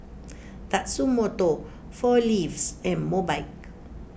Tatsumoto four Leaves and Mobike